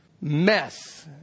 mess